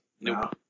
No